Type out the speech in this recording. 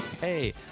Hey